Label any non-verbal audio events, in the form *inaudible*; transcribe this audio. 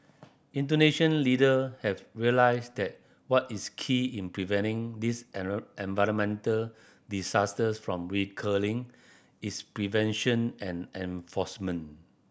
Indonesian leader have realised that what is key in preventing this *unintelligible* environmental disasters from recurring is prevention and enforcement